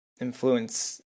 influence